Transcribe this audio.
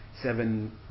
seven